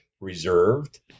reserved